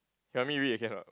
you want me read again or not